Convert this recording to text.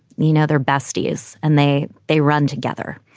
mean, other besties and they they run together.